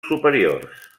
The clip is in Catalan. superiors